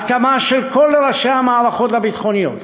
ההסכמה של כל ראשי המערכות הביטחוניות